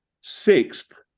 Sixth